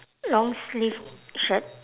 long sleeved shirt